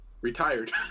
retired